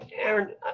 Aaron